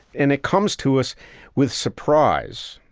and it comes to us with surprise,